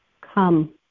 come